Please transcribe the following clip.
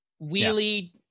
Wheelie